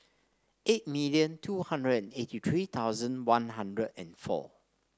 eight million two hundred and eighty three thousand One Hundred and four